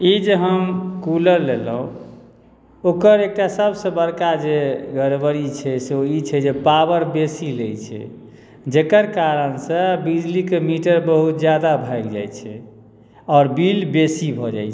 ई जे हम कूलर लेलहुॅं ओकर एकटा सबसँ बड़का जे गड़बड़ी छै से ओ ई छै जे पावर बेसी लै छै जेकर कारणसँ बिजली के मीटर बहुत ज्यादा भागि जाइ छै आओर बिल बेसी भऽ जाइ छै